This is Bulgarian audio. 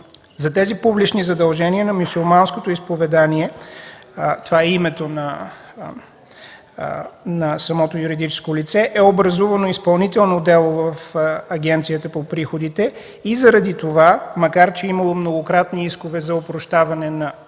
За тези публични задължения на мюсюлманското изповедание (това е името на самото юридическо лице) е образувано изпълнително дело в Агенцията за приходите и заради това, макар че е имало многократни искове за опрощаване на